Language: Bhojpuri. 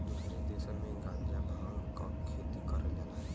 दुसरे देसन में गांजा भांग क खेती करल जाला